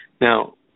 Now